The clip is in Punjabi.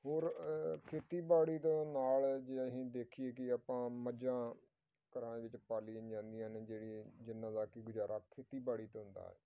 ਹੋਰ ਖੇਤੀਬਾੜੀ ਤੋਂ ਨਾਲ ਜੇ ਅਸੀਂ ਦੇਖੀਏ ਕਿ ਆਪਾਂ ਮੱਝਾਂ ਘਰਾਂ ਦੇ ਵਿੱਚ ਪਾਲੀਆਂ ਜਾਂਦੀਆਂ ਨੇ ਜਿਹੜੀ ਜਿਨ੍ਹਾਂ ਦਾ ਕਿ ਗੁਜ਼ਾਰਾ ਖੇਤੀਬਾੜੀ ਤੋਂ ਹੁੰਦਾ ਹੈ